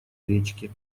речки